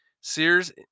Sears